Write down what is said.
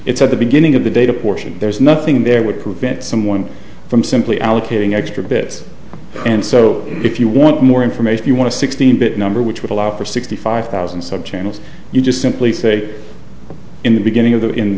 it's at the beginning of the data portion there's nothing there would prevent someone from simply allocating extra bits and so if you want more information you want to sixteen bit number which would allow for sixty five thousand subchannels you just simply say in the beginning of the in